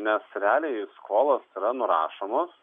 nes realiai skolos yra nurašomos